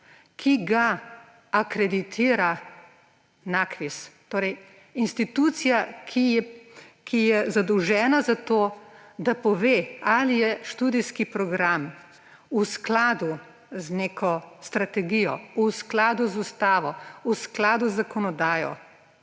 ki ga akreditira NAKVIS, torej institucija, ki je zadolžena za to, da pove, ali je študijski program v skladu z neko strategijo, v skladu z ustavo, v skladu z zakonodajo.